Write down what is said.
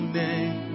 name